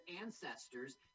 ancestors